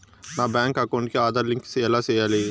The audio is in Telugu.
నా బ్యాంకు అకౌంట్ కి ఆధార్ లింకు ఎలా సేయాలి